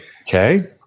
Okay